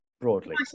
broadly